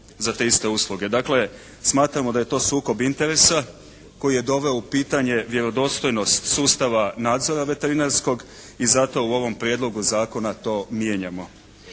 za te iste usluge. Dakle smatramo da je to sukob interesa koji je doveo u pitanje vjerodostojnost sustava nadzora veterinarskog i zato u ovom Prijedlogu zakona to mijenjamo.